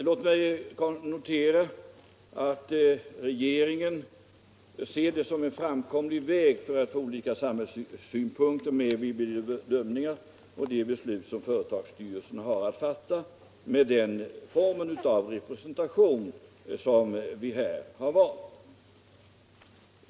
Låt mig poängtera att regeringen ser den form av representation som vi här har valt som en framkomlig väg att få med olika samhällssynpunkter vid företagsstyrelsens bedömningar och beslut.